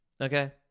okay